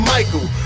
Michael